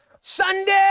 Sunday